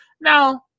now